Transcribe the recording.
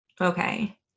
Okay